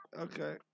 Okay